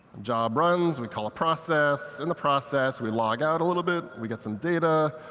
job runs, we call a process, in the process, we log out a little bit, we get some data.